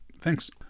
Thanks